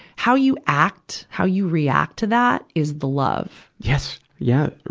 how you act, how you react to that is the love. yes! yeah. re,